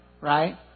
right